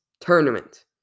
Tournament